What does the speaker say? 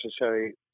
necessary